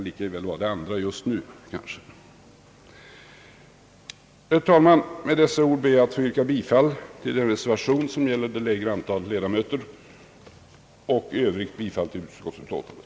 Med dessa ord, herr talman, ber jag att få yrka bifall till reservation 4 och i övrigt bifall till utskottets förslag.